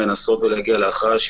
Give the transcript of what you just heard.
לנסות להגיע להכרעה שיפוטית.